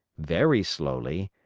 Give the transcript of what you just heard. very slowly,